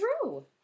true